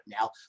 now